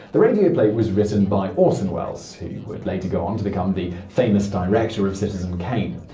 the radio play was written by orson welles, who would later go on to become the famous director of citizen kane.